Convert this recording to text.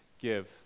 give